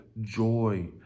joy